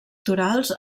torals